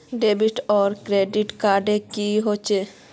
Debit आर credit card की होय?